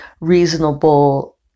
reasonable